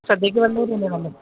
സദ്യയ്ക്ക് വെള്ള അരി അല്ലേ നല്ലത്